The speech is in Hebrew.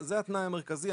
זה התנאי המרכזי.